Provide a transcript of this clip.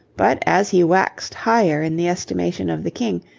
but as he waxed higher in the estimation of the king,